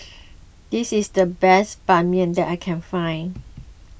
this is the best Ban Mian that I can find